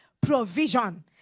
provision